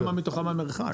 אבל כמה מתוכם המרחק?